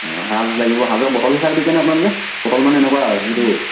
অঁ সাজ লাগিব সাজৰ বটল হিচাপে বিকেনে আপোনালোকে বটল মানে এনেকুৱা যিটো